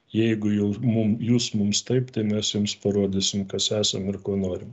jeigu jau mum jūs mums taip tai mes jums parodysim kas esam ir ko norim